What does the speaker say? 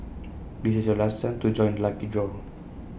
this is your last chance to join the lucky draw